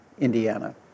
Indiana